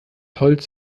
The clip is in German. holz